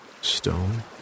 stone